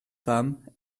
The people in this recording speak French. femme